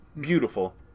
beautiful